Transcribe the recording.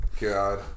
God